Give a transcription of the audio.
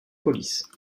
police